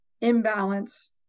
imbalance